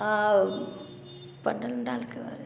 पंडालके बारेमे